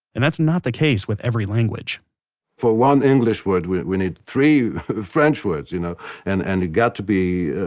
and that's not the case with every language for one english word we we need three french words, you know and they've and got to be,